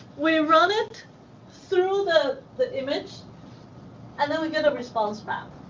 we run it through the the image and then we got a response map,